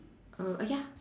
uh uh ya